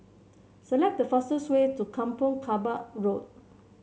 select the fastest way to Kampong Kapor Road